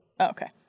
okay